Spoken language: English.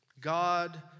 God